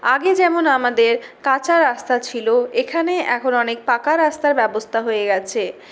আগে যেমন আমাদের কাঁচা রাস্তা ছিল এখানে এখন অনেক পাকা রাস্তার ব্যবস্থা হয়ে গেছে